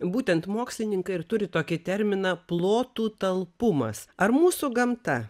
būtent mokslininkai ir turi tokį terminą plotų talpumas ar mūsų gamta